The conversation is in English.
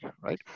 right